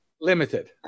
Limited